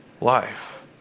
life